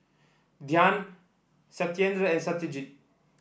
Dhyan Satyendra and Satyajit